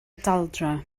daldra